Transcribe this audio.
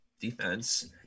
defense